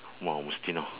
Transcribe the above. !wah! mustino